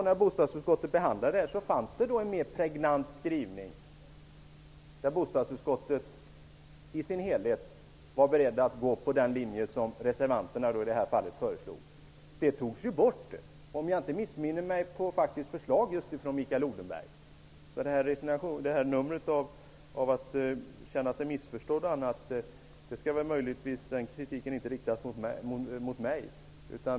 När bostadsutskottet behandlade denna fråga fanns det en mer pregnant skrivning, där man från bostadsutskottets sida i sin helhet var beredd att gå på den linje som reservanterna i det här fallet föreslog. Men denna skrivning togs bort. Om jag inte missminner mig gjordes det faktiskt på förslag av Mikael Odenberg. Det här numret om att känna sig missförstådd och annat är väl en kritik som inte skall riktas mot mig.